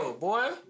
boy